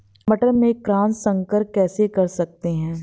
मटर में क्रॉस संकर कैसे कर सकते हैं?